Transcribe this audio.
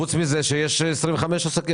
פרט לכך שיש 10,000 עסקים